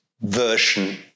version